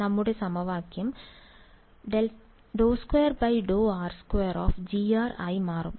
നമ്മുടെ സമവാക്യം ∂2∂r2G ആയി മാറുന്നു